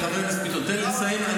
חבר הכנסת ביטון, תן לי לסיים.